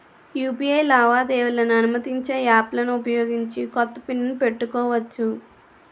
UPI లావాదేవీలను అనుమతించే యాప్లలను ఉపయోగించి కొత్త పిన్ ను పెట్టుకోవచ్చు